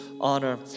honor